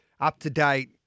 up-to-date